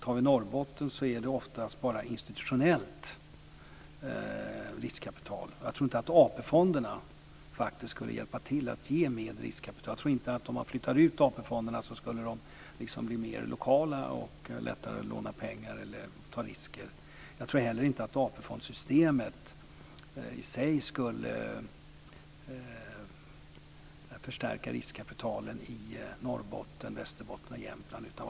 Tar vi Norrbotten är det oftast bara institutionellt riskkapital. Jag tror inte att AP-fonderna skulle hjälpa till att ge mer riskkapital. Jag tror inte att AP-fonderna skulle bli mer lokala om man flyttade ut dem. Det skulle inte bli lättare att låna pengar eller att ta risker. Jag tror inte heller att AP fondsystemet i sig skulle förstärka riskkapitalen i Norrbotten, Västerbotten och Jämtland.